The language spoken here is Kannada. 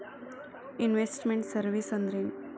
ಇನ್ವೆಸ್ಟ್ ಮೆಂಟ್ ಸರ್ವೇಸ್ ಅಂದ್ರೇನು?